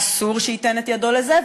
אסור שייתן את ידו לזה,